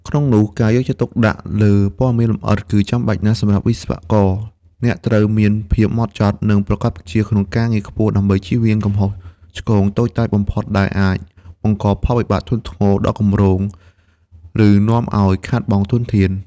ក្នុងនោះការយកចិត្តទុកដាក់លើព័ត៌មានលម្អិត គឺចាំបាច់ណាស់សម្រាប់វិស្វករអ្នកត្រូវមានភាពម៉ត់ចត់ និងប្រាកដប្រជាក្នុងការងារខ្ពស់ដើម្បីជៀសវាងកំហុសឆ្គងតូចតាចបំផុតដែលអាចបង្កផលវិបាកធ្ងន់ធ្ងរដល់គម្រោង ឬនាំឱ្យខាតបង់ធនធាន។